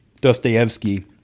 Dostoevsky